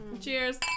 cheers